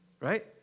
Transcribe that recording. right